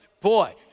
boy